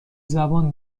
زبان